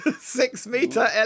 Six-Meter